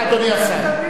אדוני השר,